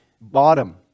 bottom